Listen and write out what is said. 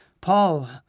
Paul